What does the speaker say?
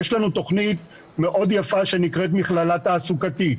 יש לנו תוכנית מאוד יפה שנקראת "מכללה תעסוקתית",